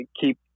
keep